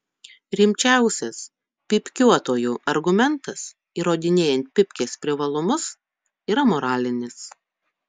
rimčiausias pypkiuotojų argumentas įrodinėjant pypkės privalumus yra moralinis